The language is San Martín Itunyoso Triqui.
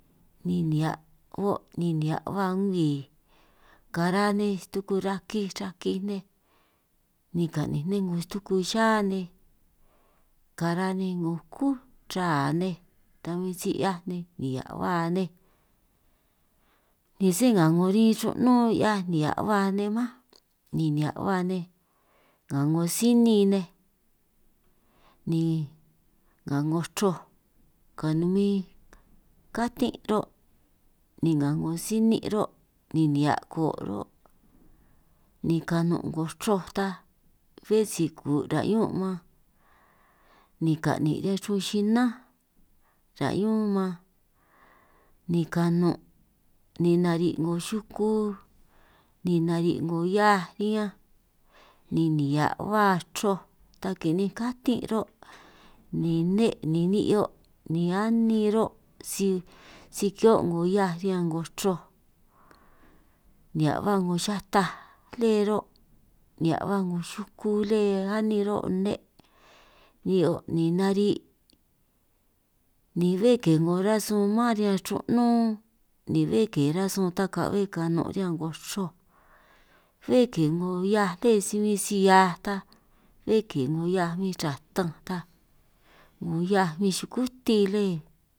Ni nihia' o' ni nihia' ba ngwii kara nej stuku rakij rakij nej ni ka'ninj nej 'ngo stuku xihia nej kara' nej 'ngo kú raa nej, ta bin si 'hiaj nej ni nihia' baj nej, ni sé nga 'ngo rin ru'nún 'hiaj ba nihia' nej mánj nihia' ba nej nga 'ngo sinin nej ni nga 'ngo chroj kanumin katin' ro', ni nga 'ngo sinin' ro' ni nihia' ko' ro' ni kanun' 'ngo chroj ta, bé si kun' ra' ñun' man ni ka'nin' riñan chrun xinánj ra' ñún man, ni kanun' ni nari' 'ngo xuku ni nari' 'ngo hiaj riñanj ni nihia' ba chroj ta kininj katin' ro', ni nne ni ni'hio' ni anin ro' si kihio' 'ngo hiaj riñan 'ngo chroj, nihia' ba 'ngo xataj lé ro' nihia' ba 'ngo xuku lé anin ro' nne', ni'hio ni nari' ni bé ke 'ngo rasuun man riñan ru'nún bé ke rasun ta ka'bbe kanun' riñan 'ngo chroj, bé ke 'ngo hiaj lé si bin si hiaj ta bé ke 'ngo hiaj bin ra tanj ta 'ngo hiaj bin xukuti lé.